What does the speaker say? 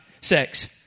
sex